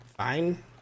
Fine